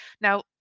Now